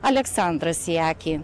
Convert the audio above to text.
aleksandras jaki